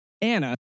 Anna